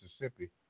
Mississippi